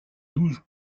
douze